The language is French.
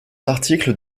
d’articles